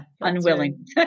Unwilling